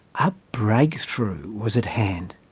a breakthrough was at hand!